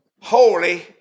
holy